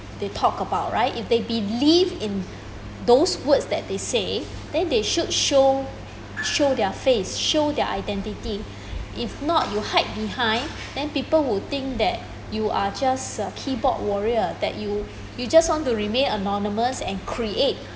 they talk about right if they believe in those words that they say then they should show show their face show their identity if not you hide behind then people would think that you are just a keyboard warrior that you you just want to remain anonymous and create